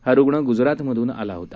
हा रुग्ण गुजराथमधून आला होता